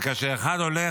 וכאשר אחד הולך,